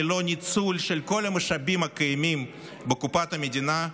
ללא ניצול של כל המשאבים הקיימים בקופת המדינה,